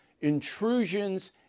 intrusions